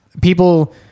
People